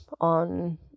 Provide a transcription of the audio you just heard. on